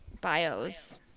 bios